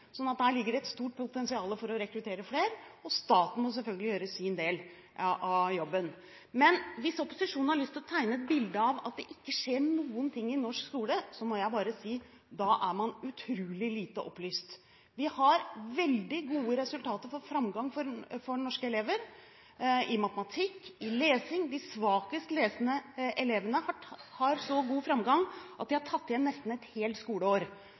der ligger det et stort potensial for å rekruttere flere, og staten må selvfølgelig gjøre sin del av jobben. Men hvis opposisjonen har lyst til å tegne et bilde av at det ikke skjer noen ting i norsk skole, må jeg bare si at da er man utrolig lite opplyst. Vi har veldig gode resultater for framgang for norske elever i matematikk og i lesing. De svakest lesende elevene har så god framgang at de har tatt igjen nesten et helt skoleår.